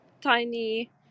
tiny